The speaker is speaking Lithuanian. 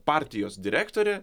partijos direktorė